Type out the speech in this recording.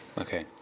Okay